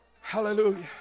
Hallelujah